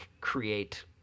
create –